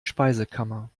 speisekammer